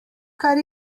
kar